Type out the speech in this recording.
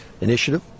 initiative